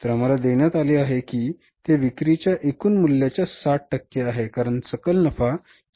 तर आम्हाला देण्यात आले आहे की ते विक्रीच्या एकूण मूल्याच्या 60 टक्के आहे कारण सकल नफा 40 टक्के आहे